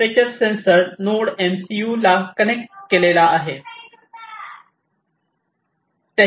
temperature sensor node MCU connect ला केला आहे